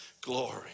Glory